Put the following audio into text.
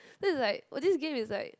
this is like !wah! this is game is like